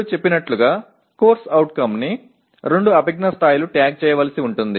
நாம் சொன்னது போல் ஒரு CO ஐ இரண்டு அறிவாற்றல் நிலைகளால் குறிக்க வேண்டியிருக்கும்